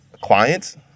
clients